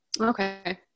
Okay